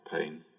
pain